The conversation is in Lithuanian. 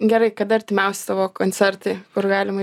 gerai kada artimiausi tavo koncertai kur galima